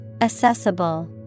Accessible